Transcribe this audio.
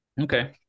Okay